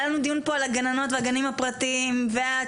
היה לנו דיון פה על הגנים הפרטיים והציבוריים,